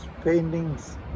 paintings